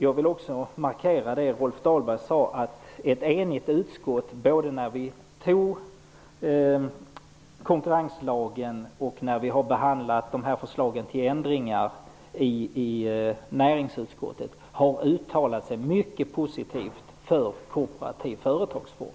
Jag vill också markera det Rolf Dahlberg sade om att vi i ett enigt näringsutskott uttalade oss mycket positivt för kooperativ företagsform både när vi antog konkurrenslagen och när vi behandlade förslagen till ändringar.